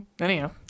anyhow